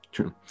True